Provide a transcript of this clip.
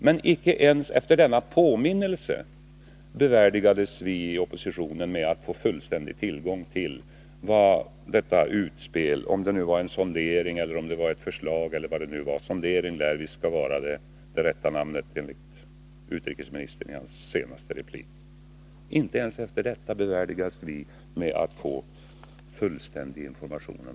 Men icke ens efter denna påminnelse bevärdigades vi i oppositionen med att få fullständig tillgång till vad detta utspel innebar — om det nu var en sondering, ett förslag eller vad det var; sondering lär vara det rätta enligt utrikesministern i hans senaste replik.